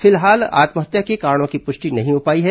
फिलहाल आत्महत्या के कारणों की पुष्टि नहीं हो पाई है